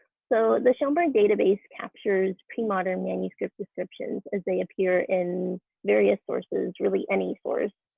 so the schoenberg database captures pre-modern manuscripts descriptions as they appear in various sources, really any source,